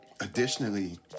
Additionally